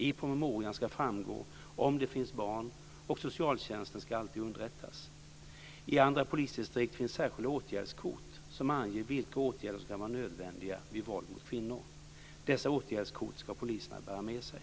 I promemorian ska framgå om det finns barn, och socialtjänsten ska alltid underrättas. I andra polisdistrikt finns särskilda åtgärdskort som anger vilka åtgärder som kan vara nödvändiga vid våld mot kvinnor. Dessa åtgärdskort ska poliserna bära med sig.